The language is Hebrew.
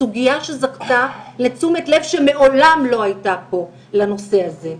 סוגיה שזכתה לתשומת לב שמעולם לא הייתה פה לנושא הזה.